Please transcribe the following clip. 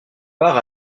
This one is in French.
par